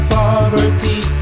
poverty